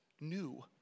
new